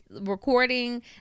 recording